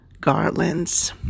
garlands